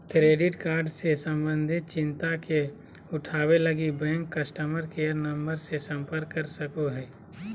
credit card से संबंधित चिंता के उठावैय लगी, बैंक कस्टमर केयर नम्बर से संपर्क कर सको हइ